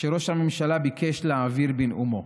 שראש הממשלה ביקש להעביר בנאומו.